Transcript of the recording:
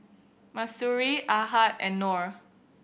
Mahsuri Ahad and Nor